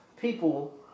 people